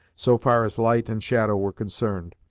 so far as light and shadow were concerned,